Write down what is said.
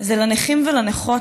הם הנכים והנכות,